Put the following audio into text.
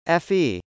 Fe